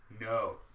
No